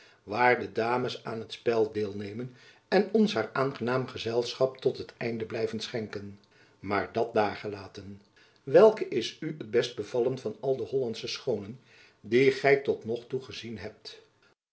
waar de dames aan t spel deelnemen en ons haar aangenaam gezelschap tot het einde blijven schenken maar dat daargelaten welke is u het best bevallen van al de hollandsche schoonen die gy tot nog toe gezien hebt